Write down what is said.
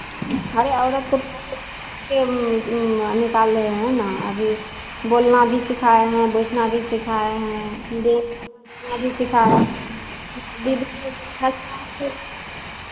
अरे औरत को थोड़ा सा बहुत आगे निकाले हैं ना अभी बोलना भी सिखाए हैं बैठना भी सिखाए हैं देख हँसना बोलना भी सिखाए हैं